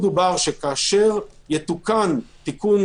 אני מבקש שתירשם בפרוטוקול עמדת משרד המשפטים: